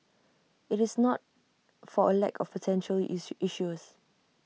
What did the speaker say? IT is not for A lack of potential issuer issuers